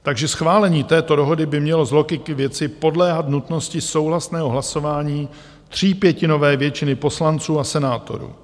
Takže schválení této dohody by mělo z logiky věci podléhat nutnosti souhlasného hlasování třípětinové většiny poslanců a senátorů.